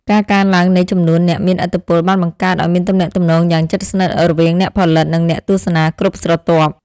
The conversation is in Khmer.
ការកើនឡើងនៃចំនួនអ្នកមានឥទ្ធិពលបានបង្កើតឱ្យមានទំនាក់ទំនងយ៉ាងជិតស្និទ្ធរវាងអ្នកផលិត និងអ្នកទស្សនាគ្រប់ស្រទាប់។